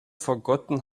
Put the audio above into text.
forgotten